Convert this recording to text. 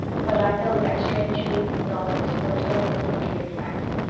but i know that strange dream of miss oliver's foretold the victory of france.